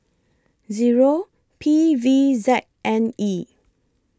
Zero P V Z N E